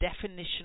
definition